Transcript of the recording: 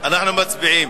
אנחנו מצביעים.